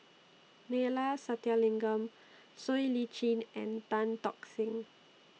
Neila Sathyalingam Siow Lee Chin and Tan Tock Seng